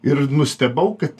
ir nustebau kad